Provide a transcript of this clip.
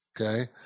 okay